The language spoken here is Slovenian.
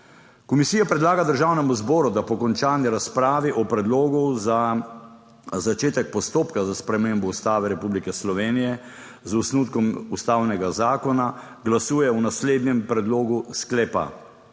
Komisija predlaga državnemu zboru, da po končani razpravi o predlogu za začetek postopka za spremembo Ustave Republike Slovenije z osnutkom ustavnega zakona glasuje o naslednjem predlogu sklepa: